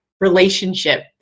relationship